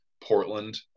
Portland